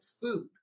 food